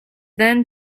then